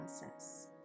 process